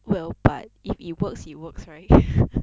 well but if it works it works right